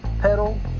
pedal